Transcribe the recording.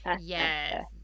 yes